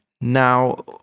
Now